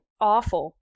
awful